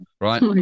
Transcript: right